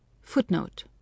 footnote